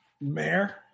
Mayor